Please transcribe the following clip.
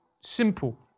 simple